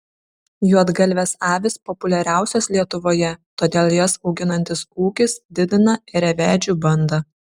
juodgalvės avys populiariausios lietuvoje todėl jas auginantis ūkis didina ėriavedžių bandą